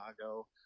Chicago –